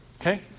Okay